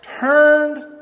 turned